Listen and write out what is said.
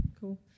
cool